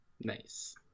Nice